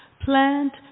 Plant